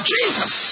Jesus